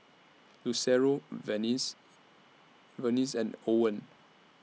Lucero Vernice Vernice and Owen